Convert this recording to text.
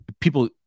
people